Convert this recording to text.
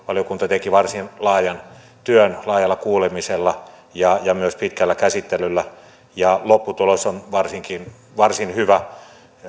valiokunta teki varsin laajan työn laajalla kuulemisella ja myös pitkällä käsittelyllä lopputulos on varsin hyvä